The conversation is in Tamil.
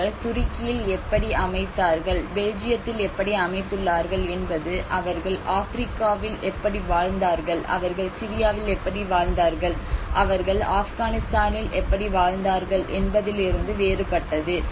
அவர்கள் துருக்கியில் எப்படி அமைத்துள்ளார்கள்பெல்ஜியத்தில் எப்படி அமைத்துள்ளார்கள் என்பது அவர்கள் ஆப்பிரிக்காவில் எப்படி வாழ்ந்தார்கள் அவர்கள் சிரியாவில் எப்படி வாழ்ந்தார்கள் அவர்கள் ஆப்கானிஸ்தானில் எப்படி வாழ்ந்தார்கள் என்பதிலிருந்து வேறுபட்டது